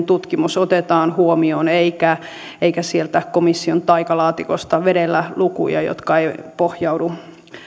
tutkimus otetaan huomioon eikä sieltä komission taikalaatikosta vedellä lukuja jotka eivät pohjaudu